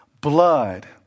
blood